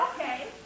okay